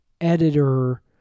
editor